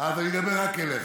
אז אני אדבר רק אליך.